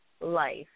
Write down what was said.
life